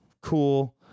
Cool